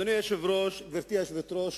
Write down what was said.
גברתי היושבת-ראש,